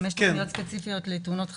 יש גם תוכניות ספציפיות לתאונות חצר,